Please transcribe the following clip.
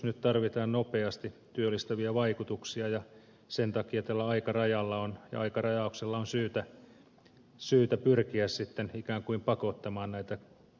nyt tarvitaan nopeasti työllistäviä vaikutuksia ja sen takia tällä aikarajauksella on syytä pyrkiä sitten ikään kuin pakottamaan näitä korjausinvestointeja liikkeelle